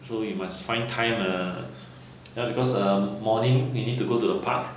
so you must find time ah ya because err morning we need to go to the park